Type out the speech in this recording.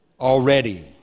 Already